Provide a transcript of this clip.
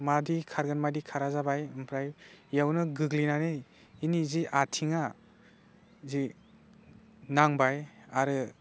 माबादि खारगोन माबादि खारा जाबाय ओमफ्राय बेयावनो गोग्लैनानै बिनि जि आथिङा जि नांबाय आरो